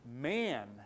Man